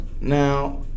Now